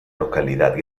localidad